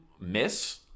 miss